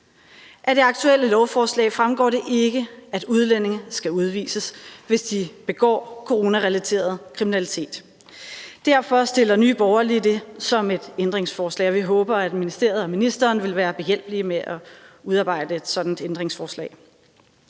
Af det aktuelle lovforslag fremgår det ikke, at udlændinge skal udvises, hvis de begår coronarelateret kriminalitet. Derfor stiller Nye Borgerlige det som et ændringsforslag, og vi håber, at ministeriet og ministeren vil være behjælpelige med at udarbejde et sådant ændringsforslag.